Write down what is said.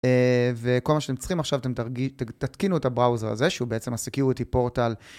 וכל מה שאתם צריכים עכשיו, אתם תתקינו את הבראוזר הזה, שהוא בעצם הסקיוטי פורטל.